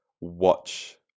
watch